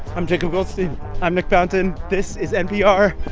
i'm jacob goldstein i'm nick fountain. this is npr,